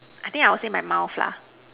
I think I would say my mouth lah